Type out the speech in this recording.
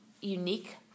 unique